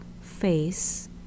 face